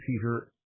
Peter